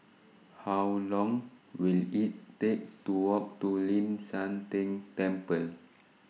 How Long Will IT Take to Walk to Ling San Teng Temple